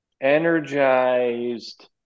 energized